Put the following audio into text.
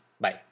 Bye